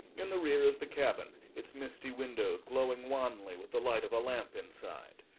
in the rear is the cabin, its misty windows glowing wanly with the light of a lamp inside.